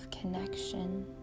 connection